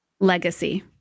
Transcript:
Legacy